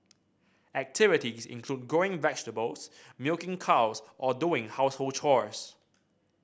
activity is include growing vegetables milking cows or doing household chores